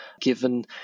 given